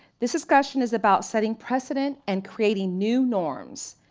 this discussion is about setting precedent and creating new norms.